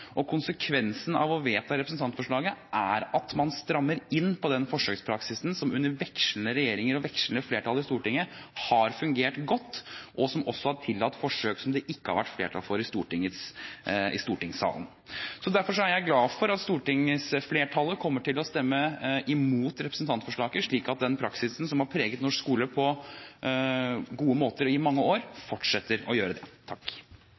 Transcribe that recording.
Konsekvensen av å vedta representantforslaget er at man strammer inn på den forsøkspraksisen som under vekslende regjeringer og vekslende flertall i Stortinget har fungert godt, og som også har tillatt forsøk som det ikke har vært flertall for i stortingssalen. Derfor er jeg glad for at stortingsflertallet kommer til å stemme imot representantforslaget, slik at den praksisen som har preget norsk skole på gode måter og i mange år, fortsetter å gjøre det.